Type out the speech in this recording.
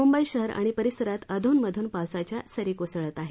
मुंबई शहर आणि परिसरात अधनमधन पावसाच्या सरी कोसळत आहेत